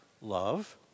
love